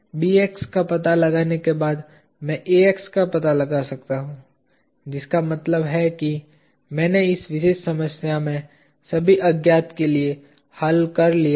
Bx का पता लगाने के बाद मैं Ax का पता लगा सकता हूं जिसका मतलब है कि मैंने इस विशेष समस्या में सभी अज्ञात के लिए हल किया है